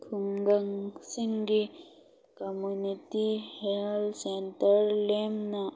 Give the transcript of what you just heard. ꯈꯨꯡꯒꯪꯁꯤꯡꯒꯤ community health centre ꯂꯦꯝꯅ